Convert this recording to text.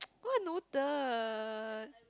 what noted